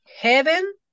heaven